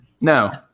No